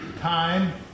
time